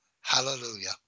hallelujah